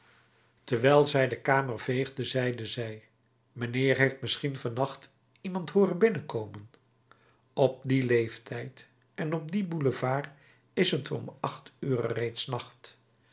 terwijl zij de kamer veegde zeide zij mijnheer heeft misschien van nacht iemand hooren binnenkomen op dien leeftijd en op dien boulevard is t om acht ure reeds nacht